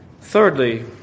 Thirdly